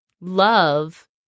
Love